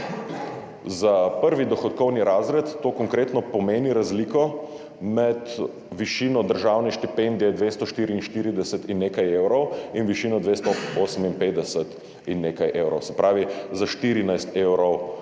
Za prvi dohodkovni razred to konkretno pomeni razliko med višino državne štipendije 244 in nekaj evrov in višino 258 in nekaj evrov, se pravi za 14 evrov